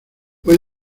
fue